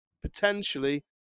potentially